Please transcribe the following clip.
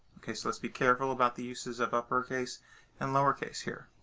ok. so let's be careful about the uses of uppercase and lowercase here.